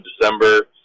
December